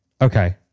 Okay